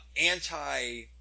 anti